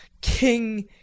king